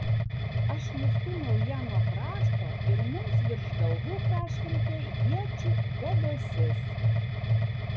aš nustūmiau ją nuo krašto ir mums virš galvų prašvilpė iečių debesis